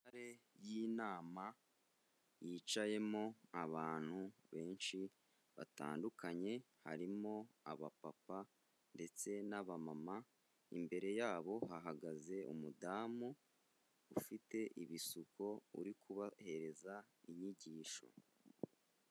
Intare y'inama yicayemo abantu benshi batandukanye harimo abapapa ndetse n'bamama, imbere yabo hahagaze umudamu ufite ibisuko uri kubahereza inyigisho.